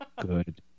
Good